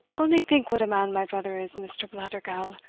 only think what a man my brother is, mr. blattergowl,